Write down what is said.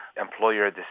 employer